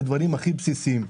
לדברים הכי בסיסיים.